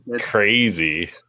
Crazy